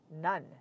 None